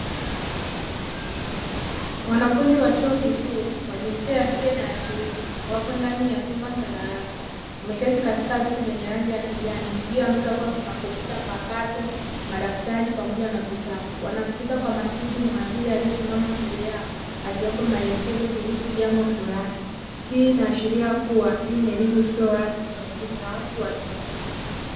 Wanafunzi wa chuo kikuu wa jinsia ya kike na ya kiume wapo ndani ya chumba cha darasa, wameketi katika viti vyenye rangi ya kijani, juu ya meza kukiwa kuna kompyuta mpakato, madaftari pamoja na vitabu, wanamsikiliza kwa makini muadhiri aliyesimama mbele yao akiwa maelekezo juu ya jambo fulani. Hii inaashiria kuwa hii ni elimu isio rasmi na elimu ya watu wazima.